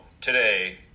today